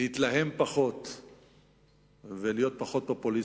להתלהם פחות ולהיות פחות פופוליסטיים,